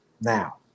now